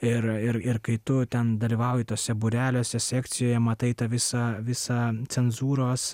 ir ir kai tu ten dalyvauji tuose būreliuose sekcijoje matai tą visą visa cenzūros